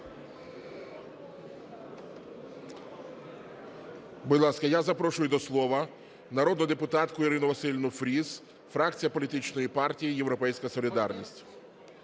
Будь ласка, я запрошую до слова народну депутатку Ірину Василівну Фріз, фракція політичної партії "Європейська солідарність".